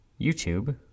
YouTube